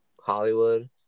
Hollywood